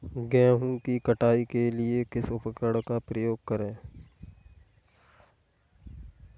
गेहूँ की कटाई करने के लिए किस उपकरण का उपयोग करें?